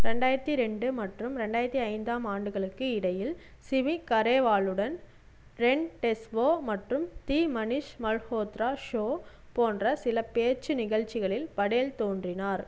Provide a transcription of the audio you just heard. ரெண்டாயிரத்தி ரெண்டு மற்றும் ரெண்டாயிரத்தி ஐந்தாம் ஆண்டுகளுக்கு இடையில் சிவி கரேவாலுடன் ரெண்டெஸ்வோ மற்றும் தி மனிஷ் மல்ஹோத்ரா ஷோ போன்ற சில பேச்சி நிகழ்ச்சிகளில் படேல் தோன்றினார்